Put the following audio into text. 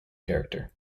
character